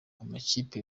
amakipe